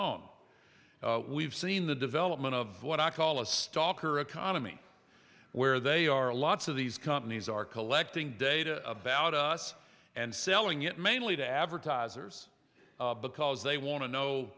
on we've seen the development of what i call a stalker economy where they are lots of these companies are collecting data about us and selling it mainly to advertisers because they want to know